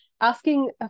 asking